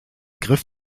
griff